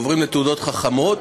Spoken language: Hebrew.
ועוברים לתעודות חכמות